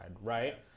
right